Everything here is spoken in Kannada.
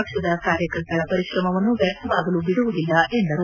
ಪಕ್ಷದ ಕಾರ್ಯಕರ್ತರ ಪರಿಶ್ರಮವನ್ನು ವ್ಯರ್ಥವಾಗಲು ಬಿಡುವುದಿಲ್ಲ ಎಂದರು